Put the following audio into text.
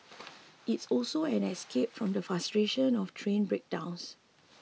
it's also an escape from the frustration of train breakdowns